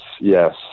yes